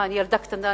מה, אני ילדה קטנה?